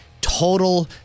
Total